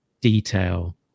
detail